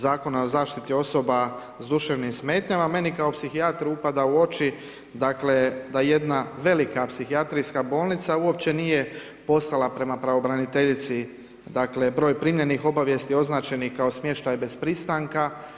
Zakona o zaštiti osoba s duševnim smetnjama, meni kao psihijatru upada u oči da jedna velika psihijatrijska bolnica uopće nije poslala prema pravobraniteljici broj primljenih obavijesti označenih kao smještaj bez pristanka.